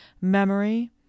memory